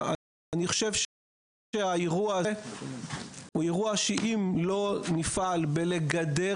אני חושב שהאירוע הזה הוא אירוע שאם לא נפעל בגידור